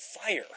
fire